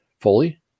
fully